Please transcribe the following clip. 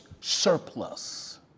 surplus